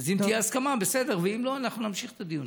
אם תהיה הסכמה, בסדר, ואם לא, נמשיך בדיונים.